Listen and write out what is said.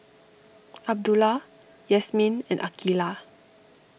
Abdullah Yasmin and Aqilah